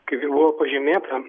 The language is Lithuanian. kaip ir buvo pažymėta